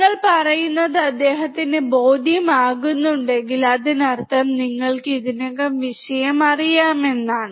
നിങ്ങൾ പറയുന്നത് അദ്ദേഹത്തിന് ബോധ്യം ആകുന്നുണ്ടെങ്കിൽ അതിനർത്ഥം നിങ്ങൾക്ക് ഇതിനകം വിഷയം അറിയാമെന്നാണ്